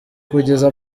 kugeza